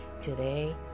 today